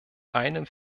einem